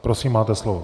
Prosím, máte slovo.